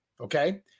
Okay